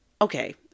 Okay